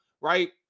right